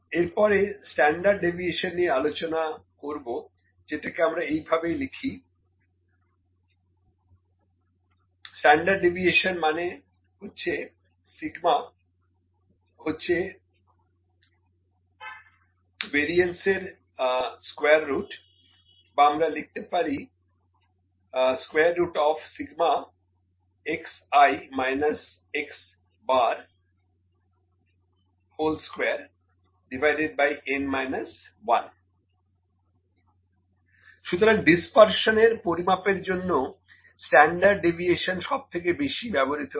এরপরে standard deviation নিয়ে আলোচনা করবো যেটাকে আমরা এইভাবে লিখি Standard deviation σ√σ2√Variance Standard deviation σ√ ∑ xi−X bar 2 n−1 সুতরাং ডিসপারশনের পরিমাপের জন্য স্ট্যান্ডার্ড ডেভিয়েশন সবথেকে বেশি ব্যবহৃত হয়